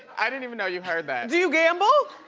i didn't even know you heard that. do you gamble?